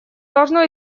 должно